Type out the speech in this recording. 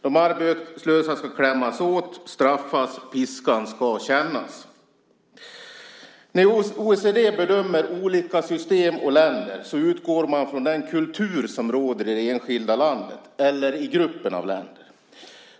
De arbetslösa ska klämmas åt och straffas, piskan ska kännas. När OECD bedömer olika system och länder utgår man från den kultur som råder i det enskilda landet eller i gruppen av länder.